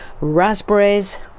raspberries